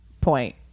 point